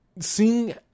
Seeing